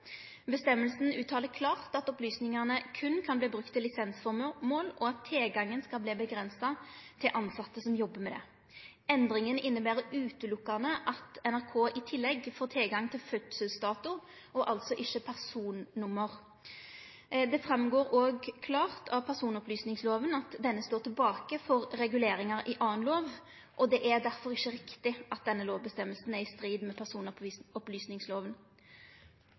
klart at opplysningane berre kan verte brukte til lisensformål, og at tilgangen skal verte avgrensa til tilsette som jobbar med det. Endringa inneber utelukkande at NRK i tillegg får tilgang til fødselsdato og altså ikkje personnummer. Det går òg klart fram av personopplysingsloven at han står tilbake for reguleringar i annan lov, og det er derfor ikkje riktig at denne lovregelen er i strid med